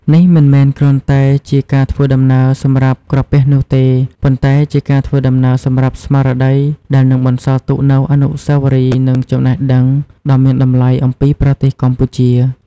នេះមិនមែនគ្រាន់តែជាការធ្វើដំណើរសម្រាប់ក្រពះនោះទេ ប៉ុន្តែជាការធ្វើដំណើរសម្រាប់ស្មារតី ដែលនឹងបន្សល់ទុកនូវអនុស្សាវរីយ៍ និងចំណេះដឹងដ៏មានតម្លៃអំពីប្រទេសកម្ពុជា។